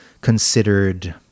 considered